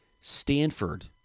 Stanford